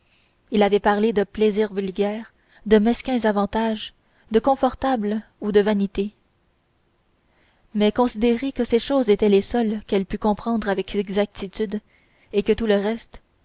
il n'avait parlé que de plaisirs vulgaires de mesquins avantages de confortable ou de vanité mais considérez que ces choses étaient les seules qu'elle pût comprendre avec exactitude et que tout le reste la